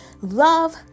love